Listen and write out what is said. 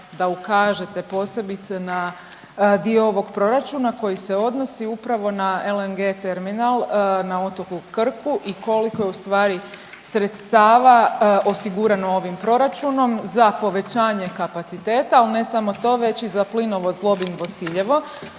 da ukažete posebice na dio ovog proračuna koji se odnosi upravo na LNG terminal na otoku Krku i koliko je u stvari sredstava osigurano ovim proračunom za povećanje kapaciteta, ali ne samo to već i za plinovod Zlobin-Bosiljeno